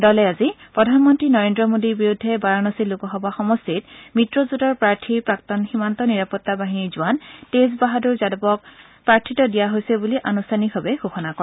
দলে আজি প্ৰধানমন্ত্ৰী নৰেন্দ্ৰ মোদীৰ বিৰুদ্ধে বাৰানসী লোকসভা সমষ্টিত মিত্ৰজোঁটৰ প্ৰাৰ্থী প্ৰাক্তন সীমান্ত নিৰাপত্তা বাহিনীৰ জোঁৱান তেজ বাহাদুৰ যাদৱক প্ৰাৰ্থিত্ব দিয়া হৈছে বুলি আনুষ্ঠানিকভাৱে ঘোষণা কৰে